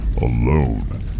alone